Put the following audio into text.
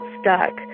stuck